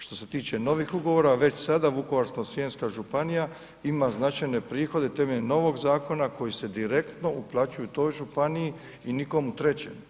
Što se tiče novih ugovora, već sada Vukovarsko-srijemska županija ima značajne prihode temeljem novog zakona koji se direktno uplaćuju toj županiji i nikomu trećem.